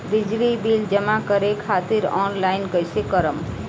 बिजली बिल जमा करे खातिर आनलाइन कइसे करम?